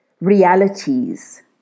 realities